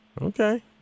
Okay